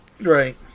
Right